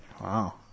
Wow